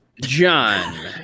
John